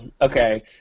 okay